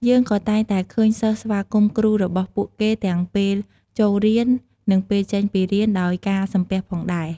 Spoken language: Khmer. យើងក៏តែងតែឃើញសិស្សស្វាគមន៍គ្រូរបស់ពួកគេទាំងពេលចូលរៀន និងពេលចេញពីរៀនដោយការសំពះផងដែរ។